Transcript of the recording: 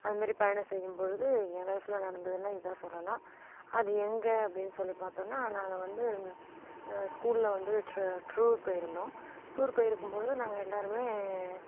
அது மாரி பயணம் செய்யும்பொழுது ஏன் லைஃப்பில் நடந்ததுனா இதாக சொல்லலாம் அது எங்கே அப்படின்னு சொல்லி பார்த்தனா நாங்கள் வந்து ஸ்கூலில் வந்து டூர் போயிருந்தோம் டூர் போயிருக்கும்பொழுது நாங்கள் எல்லாருமே